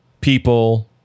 people